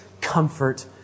comfort